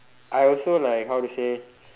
I also like how to say